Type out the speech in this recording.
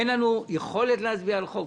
אין לנו יכולת להצביע על חוק.